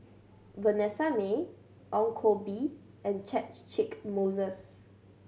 Vanessa Mae Ong Koh Bee and Catchick Moses